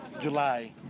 July